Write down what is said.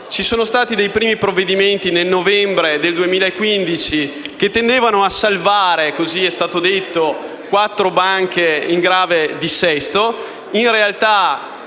Ci sono stati dei primi provvedimenti nel novembre del 2015 che tendevano a salvare - così è stato detto - quattro banche in grave dissesto.